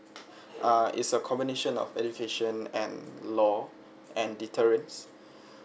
ah is a combination of education and law and deterrence